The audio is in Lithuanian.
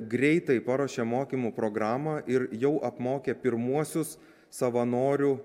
greitai paruošė mokymų programą ir jau apmokė pirmuosius savanorių